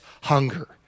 hunger